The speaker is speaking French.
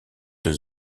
deux